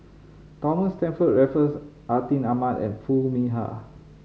Thomas Stamford Raffles Atin Amat and Foo Mee Har